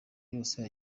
yose